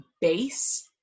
base